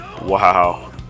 Wow